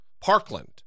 Parkland